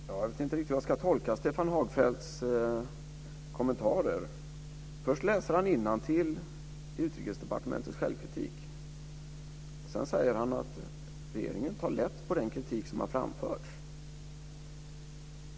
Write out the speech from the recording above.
Fru talman! Jag vet inte riktigt hur jag ska tolka Stefan Hagfeldts kommentarer. Först läser han innantill i Utrikesdepartementets självkritik. Sedan säger han att regeringen tar lätt på den kritik som har framförts.